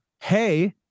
hey